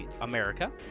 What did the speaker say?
America